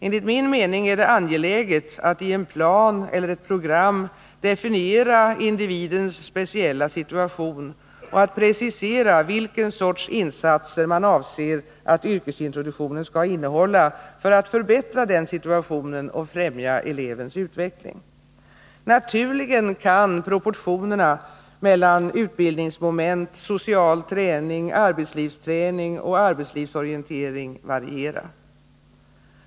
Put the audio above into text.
Enligt min mening är det angeläget att i en plan eller ett program definiera individens speciella situation och att precisera vilken sorts insatser yrkesintroduktionen skall innehålla för att förbättra denna situation och främja elevens utveckling. Naturligen kan proportionerna mellan utbildningsmoment, social träning, arbetslivsträning och arbetslivsorientering variera.